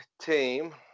team